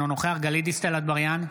אינו נוכח גלית דיסטל אטבריאן,